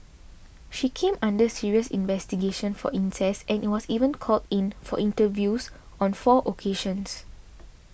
she came under serious investigation for incest and was even called in for interviews on four occasions